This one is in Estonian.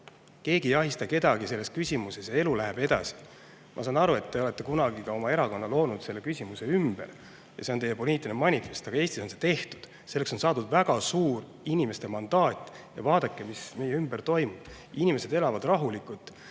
Keegi ei ahista kedagi selles küsimuses ja elu läheb edasi. Ma saan aru, et te olete kunagi oma erakonna loonud selle küsimuse ümber ja see on teie poliitiline manifest, aga Eestis on see [otsus] tehtud. Selleks on saadud väga suur mandaat inimestelt. Ja vaadake, mis meie ümber toimub: inimesed elavad rahulikult,